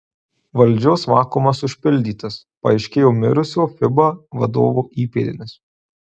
valdžios vakuumas užpildytas paaiškėjo mirusio fiba vadovo įpėdinis